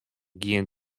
gjin